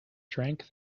drank